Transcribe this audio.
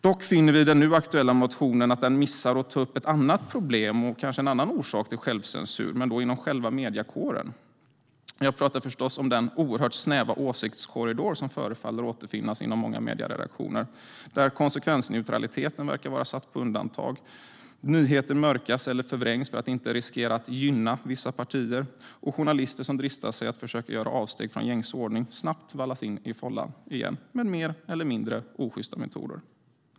Dock finner vi att den aktuella motionen missar att ta upp ett annat problem och en annan orsak till självcensur, men då inom själva mediekåren. Jag talar förstås om den oerhört snäva åsiktskorridor som förefaller återfinnas inom många medieredaktioner. Konsekvensneutraliteten verkar vara satt på undantag. Nyheter mörkas eller förvrängs för att inte riskera att gynna vissa partier, och journalister som dristar sig till att försöka göra avsteg från gängse ordning vallas snabbt in i fållan igen, med olika mer eller mindre osjysta metoder.